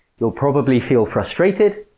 you'll probably feel frustrated,